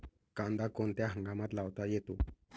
कांदा कोणत्या हंगामात लावता येतो?